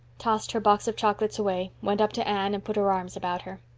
tossed her box of chocolates away, went up to anne, and put her arms about her.